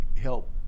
help